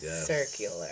Circular